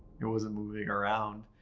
it wasn't moving around.